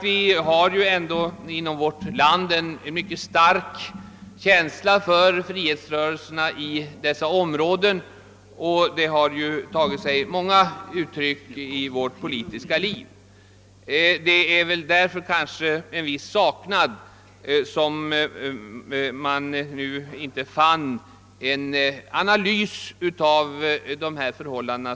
Vi har ju ändå inom vårt land en mycket stark känsla för frihetsrörelserna i dessa områden; detta har ju tagit sig många uttryck i vårt politiska liv. Det är därför man med saknad måste konstatera att rege ringsdeklarationen inte innehåller någon mera utförlig analys av dessa förhållanden.